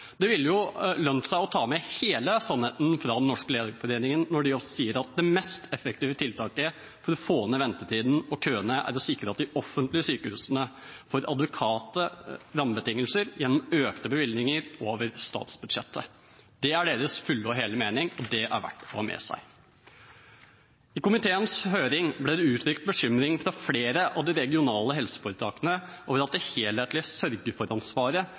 Det ville jo lønt seg å ta med hele sannheten fra Den norske legeforening, når de også sier: «Det mest effektive tiltaket for å få ned ventetidene og køene er å sikre de offentlige sykehusene adekvate rammebetingelser gjennom økte bevilgninger over statsbudsjettet.» Det er deres fulle og hele mening, og det er verdt å ha med seg. I komiteens høring ble det uttrykt bekymring fra flere av de regionale helseforetakene over at det helhetlige